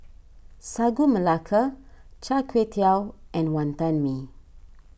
Sagu Melaka Char Kway Teow and Wonton Mee